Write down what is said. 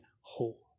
whole